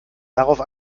darauf